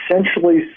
essentially